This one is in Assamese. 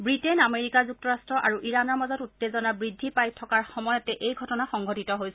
বৃটেইন আমেৰিকা যুক্তৰাষ্ট আৰু ইৰাণৰ মাজত উত্তেজনা বৃদ্ধি পাই থকাৰ সময়তে এই ঘটনা সংঘটিত হৈছে